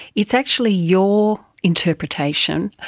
it's actually your interpretation,